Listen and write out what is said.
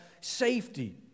safety